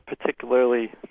particularly